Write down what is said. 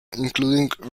including